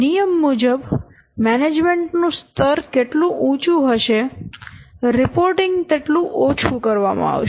નિયમ મુજબ મેનેજમેન્ટ નું સ્તર જેટલું ઉંચું હશે રિપોર્ટિંગ એટલું ઓછું કરવામાં આવે છે